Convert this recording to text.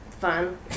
fun